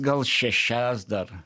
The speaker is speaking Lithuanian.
gal šešias dar